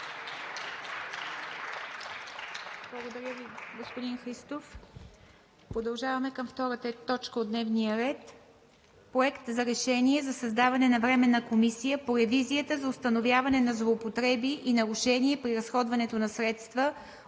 Благодаря Ви, господин Христов. Продължаваме с втора точка от дневния ред: